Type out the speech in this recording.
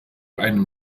einem